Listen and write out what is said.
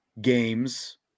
games